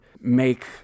make